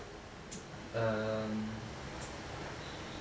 um